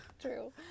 True